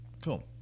cool